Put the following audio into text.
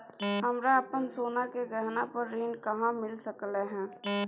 हमरा अपन सोना के गहना पर ऋण कहाॅं मिल सकलय हन?